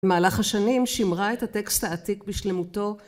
במהלך השנים שימרה את הטקסט העתיק בשלמותו